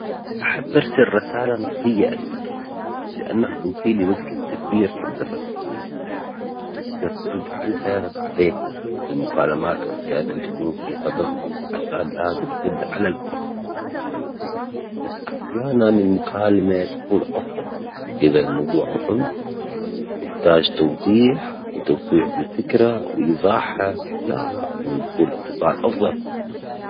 هل تفضل إجراء مكالمة هاتفية أم إرسال رسالة نصية؟ ولماذا؟